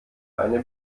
eine